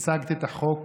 הצגת את החוק